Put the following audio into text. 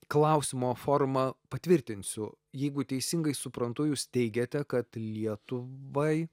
klausimo forma patvirtinsiu jeigu teisingai suprantu jūs teigiate kad lietuvai